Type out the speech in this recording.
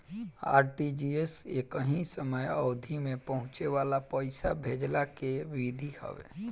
RTGS एकही समय अवधि में पहुंचे वाला पईसा भेजला के विधि हवे